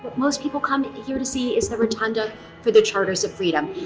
most people come here to see is the rotunda for the charters of freedom,